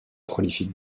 prolifique